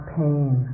pain